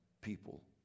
people